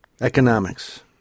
Economics